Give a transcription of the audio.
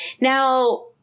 Now